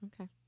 okay